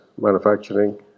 manufacturing